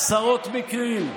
עשרות מקרים, עשרות מקרים.